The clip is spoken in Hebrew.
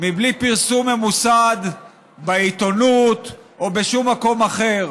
בלי פרסום ממוסד בעיתונות או בשום מקום אחר.